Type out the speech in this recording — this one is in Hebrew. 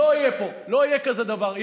לא תהיה פה, לא יהיה כזה דבר.